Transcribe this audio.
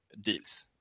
Deals